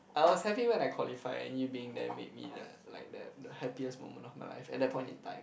I was happy when I qualify and you being there made me like like the the happiest moment of my life at that point in time